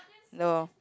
no